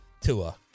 Tua